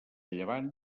llevant